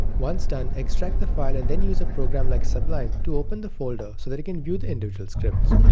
once done, extract the file and then use a program line like sublime to open the folder so that you can view the individual scripts.